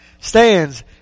stands